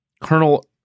Colonel